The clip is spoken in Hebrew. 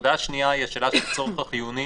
הנקודה השנייה היא השאלה של הצורך החיוני